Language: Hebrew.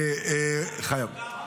חייב.